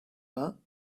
vingts